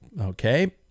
Okay